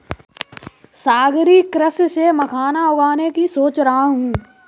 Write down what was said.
सागरीय कृषि से मखाना उगाने की सोच रहा हूं